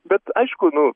bet aišku nu